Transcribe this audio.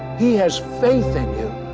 he has faith in you.